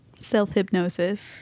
Self-hypnosis